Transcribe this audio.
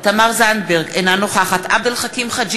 תמר זנדברג, אינה נוכחת עבד אל חכים חאג'